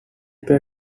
play